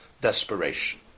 desperation